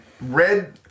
Red